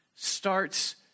starts